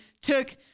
took